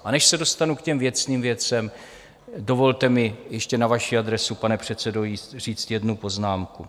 A než se dostanu k těm věcným věcem, dovolte mi ještě na vaši adresu, pane předsedo, říct jednu poznámku.